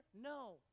No